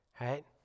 Right